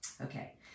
Okay